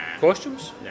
costumes